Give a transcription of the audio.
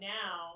now